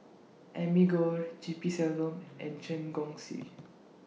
Amy Khor G P Selvam and Chen Chong Swee